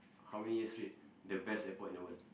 how many years straight the best airport in the world